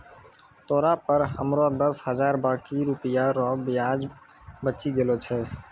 तोरा पर हमरो दस हजार बाकी रुपिया रो ब्याज बचि गेलो छय